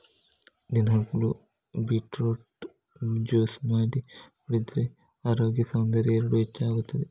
ದಿನಾಗ್ಲೂ beetroot juice ಮಾಡಿ ಕುಡಿದ್ರೆ ಅರೋಗ್ಯ ಸೌಂದರ್ಯ ಎರಡೂ ಹೆಚ್ಚಾಗ್ತದೆ